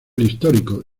histórico